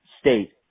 state